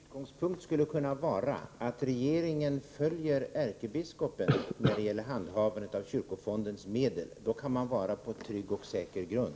Herr talman! En utgångspunkt skulle väl ändå kunna vara att regeringen följer ärkebiskopen när det gäller handhavandet av kyrkofondens medel. Då kan man vara på trygg och säker grund.